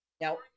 Now